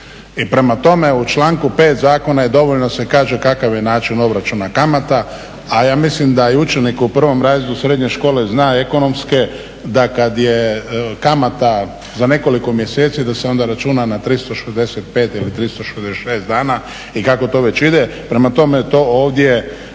i prema tome u članku 5. zakona je dovoljno da se kaže kakav je način obračuna kamata, a ja mislim da i učenik u prvom razredu srednje škole zna, ekonomske, da kad je kamata za nekoliko mjeseci da se onda računa na 365 ili 366 dana i kako to već ide, prema tome to ovdje